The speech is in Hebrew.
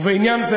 ובעניין זה,